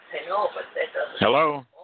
Hello